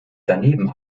daneben